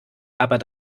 aber